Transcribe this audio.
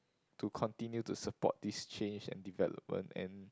to continue to support this change and development and